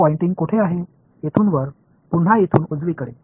हे पॉइंटिंग कोठे आहे येथून वर पुन्हा येथून उजवीकडे